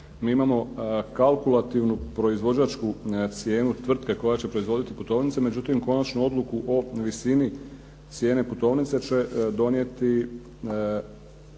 Mi imamo kalkulativnu proizvođačku cijenu tvrtke koja će proizvoditi putovnice, međutim konačnu odluku o visini cijene putovnice će donijeti